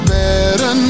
better